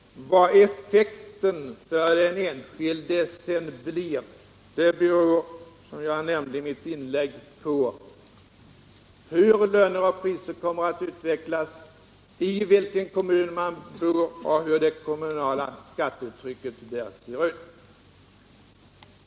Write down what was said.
Vad effekten för den enskilde sedan blir beror, som jag nämnde i mitt inlägg, på hur löner och priser kommer att utvecklas, i vilken kommun man bor och hur det kommunala skattetrycket där ser ut.